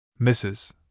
Mrs